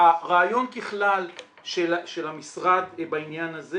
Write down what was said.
הרעיון ככלל של המשרד בעניין הזה